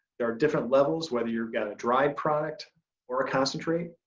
they're different levels, whether you got a dry product or a concentrate